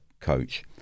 coach